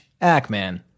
Ackman